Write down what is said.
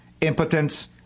impotence